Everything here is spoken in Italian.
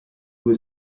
due